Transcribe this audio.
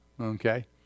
Okay